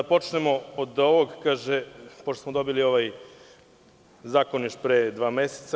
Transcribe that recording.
Da počnemo od ovog, pošto smo dobili ovaj zakon još pre dva meseca.